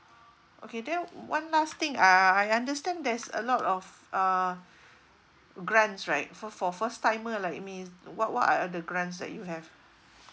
okay then one last thing uh I understand there's a lot of uh grants right so for first timer like me what what are the grants that you have